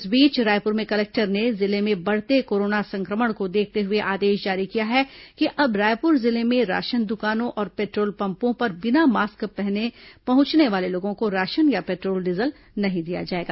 इस बीच रायपुर में कलेक्टर ने जिले में बढ़ते कोरोना संक्रमण को देखते हुए आदेश जारी किया है कि अब रायपुर जिले में राशन दुकानों और पेट्रोल पम्पों पर बिना मास्क पहने पहुंचने वाले लोगों को राशन या पेट्रोल डीजल नहीं दिया जाएगा